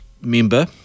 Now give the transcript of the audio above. member